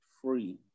Free